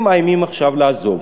הם מאיימים עכשיו לעזוב.